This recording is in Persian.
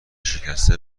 شکسته